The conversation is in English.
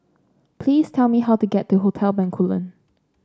please tell me how to get to Hotel Bencoolen